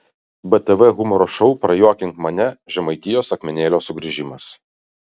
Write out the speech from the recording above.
btv humoro šou prajuokink mane žemaitijos akmenėlio sugrįžimas